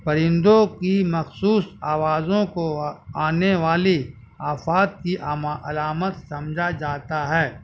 پرندوں کی مخصوص آوازوں کو آنے والی آفات کی اما علامت سمجھا جاتا ہے